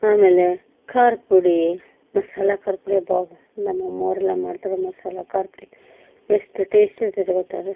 ಆಮೇಲೆ ಖಾರ ಪುಡಿ ಮಸಾಲ ಖಾರ ಪುಡಿ ಅಬ್ಬಬ್ಬ ನಮ್ಗೆ ನಮ್ಮೂರಲ್ಲ ಮಾಡ್ತಾರಾ ಮಸಾಲ ಖಾರ ಪುಡಿ ಎಷ್ಟು ಟೇಸ್ಟಿ ಇರ್ತೈತೆ ಗೊತ್ತಾ ಅದು